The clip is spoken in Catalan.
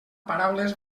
paraules